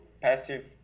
passive